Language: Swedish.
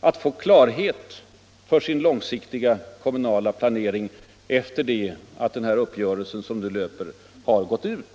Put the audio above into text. att få klarhet för sin långsiktiga kommunala planering efter det att den uppgörelse som nu löper har gått ut.